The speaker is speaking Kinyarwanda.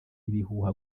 ibihuha